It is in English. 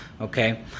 Okay